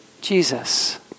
Jesus